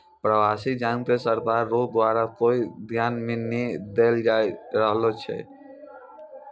प्रवासी जन के सरकार रो द्वारा कोय ध्यान नै दैय रहलो छै